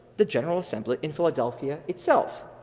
the general assembly in philadelphia itself.